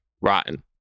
rotten